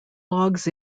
logs